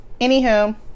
anywho